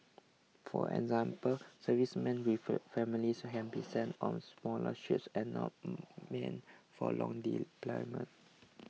for example servicemen with families can be sent on smaller ships and not meant for long deployments